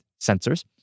sensors